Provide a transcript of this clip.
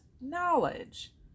knowledge